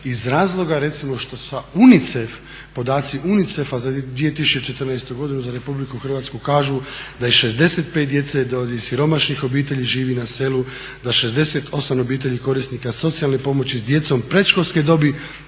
iz razloga recimo što podaci UNICEF-a za 2014. godinu za RH kažu da 65% djece dolazi iz siromašnih obitelji i živi na selu, da 68% obitelji korisnika socijalne pomoći s djecom predškolske dobi